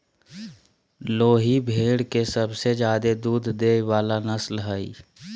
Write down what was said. लोही भेड़ के सबसे ज्यादे दूध देय वला नस्ल हइ